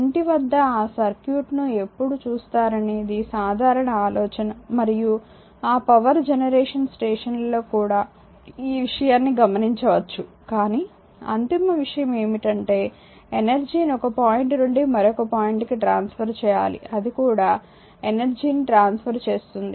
ఇంటి వద్ద ఆ సర్క్యూట్ను ఎప్పుడు చూస్తారనేది సాధారణ ఆలోచన మరియు ఆ పవర్ జనరేషన్ స్టేషన్లలో కూడా ఈ విషయాన్నీ గమనించవచ్చు కానీ అంతిమ విషయం ఏమిటంటే ఎనర్జీ ని ఒక పాయింట్ నుండి మరొక పాయింట్ కి ట్రాన్స్ఫర్ చేయాలి అది కూడా ఎనర్జీని ట్రాన్స్ఫర్ చేస్తుంది